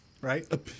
Right